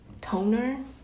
toner